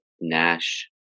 Nash